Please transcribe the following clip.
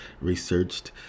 researched